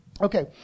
Okay